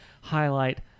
highlight